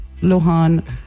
Lohan